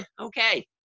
okay